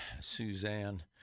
Suzanne